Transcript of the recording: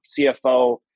CFO